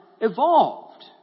evolved